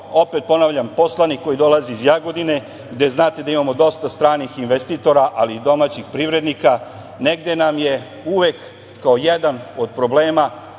kao, ponavljam, poslanik koji dolazi iz Jagodine, gde imamo dosta stranih investitora, ali i domaćih privrednika, negde nam je uvek kao jedan od problema